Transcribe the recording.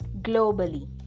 globally